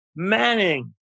Manning